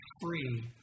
free